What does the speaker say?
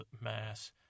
mass